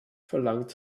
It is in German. verlangt